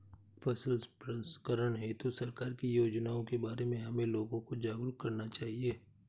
फसल प्रसंस्करण हेतु सरकार की योजनाओं के बारे में हमें लोगों को जागरूक करना चाहिए